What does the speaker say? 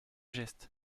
geste